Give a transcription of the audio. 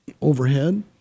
overhead